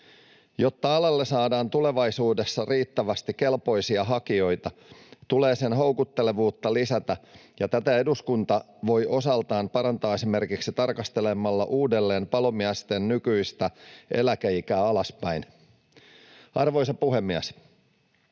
Jotta alalle saadaan tulevaisuudessa riittävästi kelpoisia hakijoita, tulee sen houkuttelevuutta lisätä, ja tätä eduskunta voi osaltaan parantaa esimerkiksi tarkastelemalla uudelleen palomiesten nykyistä eläkeikää alaspäin. Arvoisa puhemies!